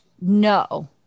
No